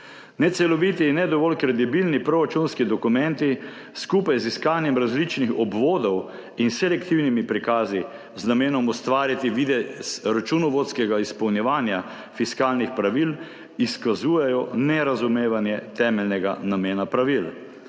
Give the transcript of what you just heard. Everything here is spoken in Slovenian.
neceloviti in ne dovolj kredibilni proračunski dokumenti skupaj z iskanjem različnih obvodov in selektivnimi prikazi z namenom ustvariti videz računovodskega izpolnjevanja fiskalnih pravil izkazujejo nerazumevanje temeljnega namena pravil.